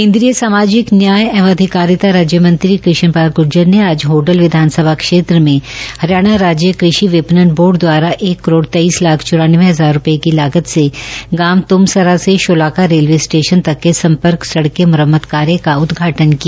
केन्द्रीय सामाजिक न्याय एवं अधिकारिता राज्य मंत्री कृष्ण पाल गूर्जर ने आज होडल विधानसभा क्षेत्र में हरियाणा राज्य कृषि विपणन बोर्ड दवारा एक करोड़ तेइस लाख चौरानवें हजार रूपये की लागत से गांव त्मसरा से शोलाका रेलवे स्टेशन के सम्पर्क सड़क के म्रम्मत कार्य का उदघाटन् किया